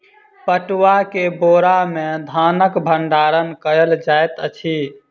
पटुआ के बोरा में धानक भण्डार कयल जाइत अछि